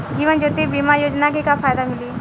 जीवन ज्योति बीमा योजना के का फायदा मिली?